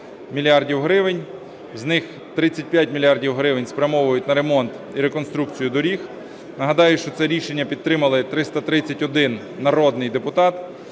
З них 35 мільярдів гривень спрямовують на ремонт і реконструкцію доріг. Нагадаю, що це рішення підтримали 331 народний депутат,